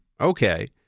okay